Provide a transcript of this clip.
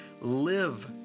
live